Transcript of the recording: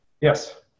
yes